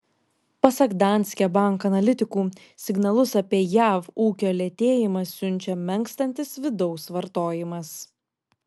pasak danske bank analitikų signalus apie jav ūkio lėtėjimą siunčia menkstantis vidaus vartojimas